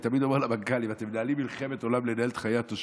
אני תמיד אומר למנכ"לים: אתם מנהלים מלחמת עולם לנהל את חיי התושבים.